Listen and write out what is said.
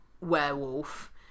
werewolf